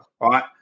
right